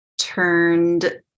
turned